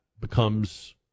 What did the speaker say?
becomes